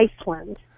Iceland